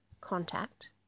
contact